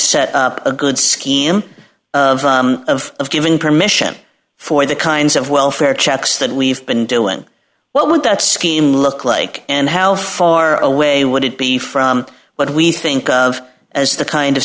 set up a good scheme of giving permission for the kinds of welfare checks that we've been doing what would that scheme look like and how far away would it be from what we think of as the kind of